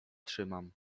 trzymam